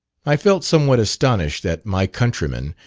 i felt somewhat astonished that my countryman,